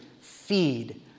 Feed